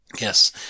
Yes